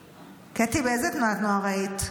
------ קטי, באיזה תנועת נוער היית?